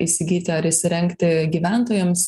įsigyti ar įsirengti gyventojams